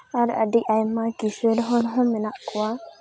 ᱟᱨ ᱟᱹᱰᱤ ᱟᱭᱢᱟ ᱠᱤᱥᱟᱹᱲ ᱦᱚᱲ ᱦᱚᱸ ᱢᱮᱱᱟᱜ ᱠᱚᱣᱟ